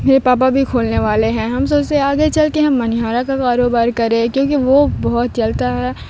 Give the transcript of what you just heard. میرے پاپا بھی کھولنے والے ہیں ہم سوچ سے آگے چل کے ہم منیہارا کا کاروبار کرے کیونکہ وہ بہت چلتا ہے